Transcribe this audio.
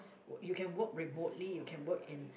you can work remotely you can work in